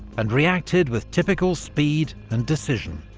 and reacted with typical speed and decision.